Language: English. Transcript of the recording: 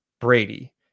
Brady